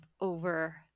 over